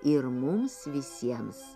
ir mums visiems